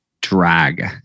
drag